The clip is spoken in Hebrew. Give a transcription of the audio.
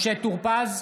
משה טור פז,